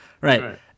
Right